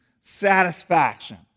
satisfaction